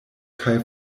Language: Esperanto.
kaj